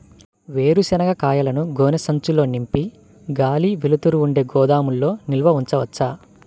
వేరుశనగ కాయలను గోనె సంచుల్లో నింపి గాలి, వెలుతురు ఉండే గోదాముల్లో నిల్వ ఉంచవచ్చా?